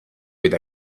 with